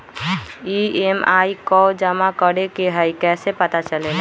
EMI कव जमा करेके हई कैसे पता चलेला?